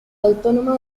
autónoma